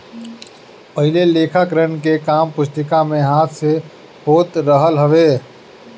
पहिले लेखाकरण के काम पुस्तिका में हाथ से होत रहल हवे